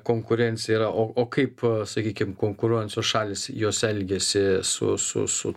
konkurencija yra o o kaip sakykim konkuruojančios šalys jos elgiasi su su su